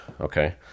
okay